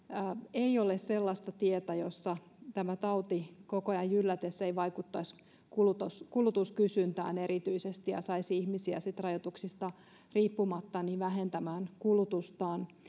ei ole sellaista tietä jossa tämä tauti koko ajan jyllätessään ei vaikuttaisi erityisesti kulutuskysyntään ja saisi ihmisiä sitten rajoituksista riippumatta vähentämään kulutustaan